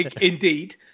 indeed